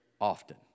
often